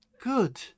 good